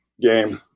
game